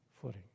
footing